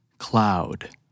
Cloud